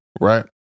right